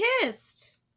kissed